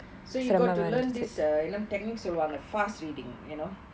so you got to learn these uh techniques என்ன சொல்லுவாங்க:enna soluvaanga fast reading you know